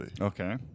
Okay